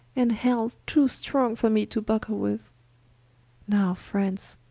and hell too strong for me to buckle with now france,